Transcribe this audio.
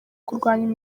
kurwanya